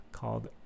called